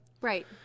right